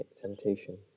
temptation